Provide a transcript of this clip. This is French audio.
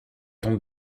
ton